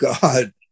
God